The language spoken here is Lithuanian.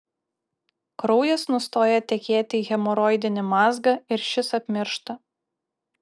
kraujas nustoja tekėti į hemoroidinį mazgą ir šis apmiršta